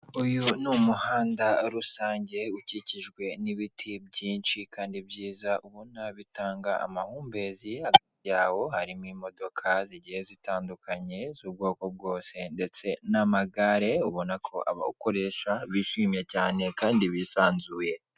Uyu ni umuhanda rusange ukikijwe n'ibiti byinshi kandi byiza ubona bitanga amahumbezi hagati yawo harimo imodokado zigiye zitandukanye z'ubwoko bwose ndetse n'amagare ubona ko abawukoresha bishimye cyane kandi bisanzuye.